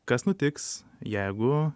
kas nutiks jeigu